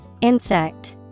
Insect